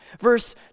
Verse